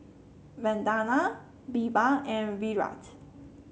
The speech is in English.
Vandana BirbaL and Virat